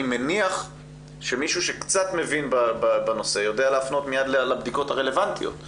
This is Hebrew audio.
אני מניח שמישהו שקצת מבין בנושא יודע להפנות מיד לבדיקות הרלוונטיות,